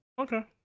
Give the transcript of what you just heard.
Okay